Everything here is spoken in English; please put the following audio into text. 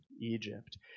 Egypt